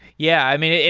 yeah. i mean,